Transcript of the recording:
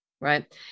right